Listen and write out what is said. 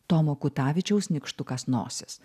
tomo kutavičiaus nykštukas nosis